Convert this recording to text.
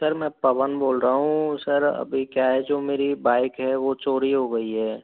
sir मैं पवन बोल रहा हूँ सर अभी क्या है जो मेरी बाइक है वो चोरी हो गई है